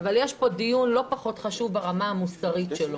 אבל יש פה דיון לא פחות חשוב ברמה המוסרית שלו.